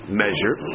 measure